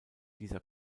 dieser